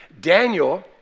Daniel